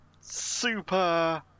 super